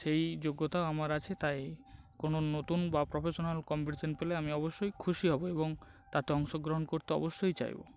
সেই যোগ্যতা আমার আছে তাই কোনো নতুন বা প্রফেশনাল কম্পিটিশন পেলে আমি অবশ্যই খুশি হব এবং তাতে অংশগ্রহণ করতে অবশ্যই চাইব